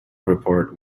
report